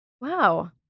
Wow